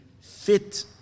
fit